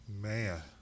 Man